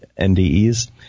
NDEs